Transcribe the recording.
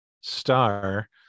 star